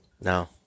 No